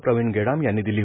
प्रविण गेडाम यांनी दिली